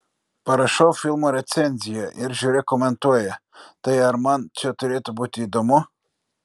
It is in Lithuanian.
parašau filmo recenziją ir žiūrėk komentuoja tai ar man čia turėtų būti įdomu